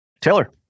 Taylor